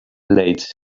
late